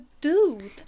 dude